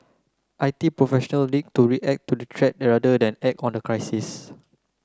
I T professional need to react to the rather than on the crisis